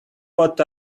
what